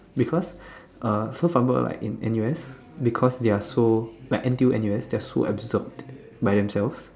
because uh so for example like in N_U_S because ya they're so like N_T_U N_U_S they are so absorbed by themself